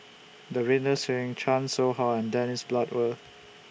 Davinder Singh Chan Soh Ha and Dennis Bloodworth